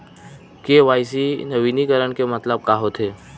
KYC नवीनीकरण के मतलब का होथे?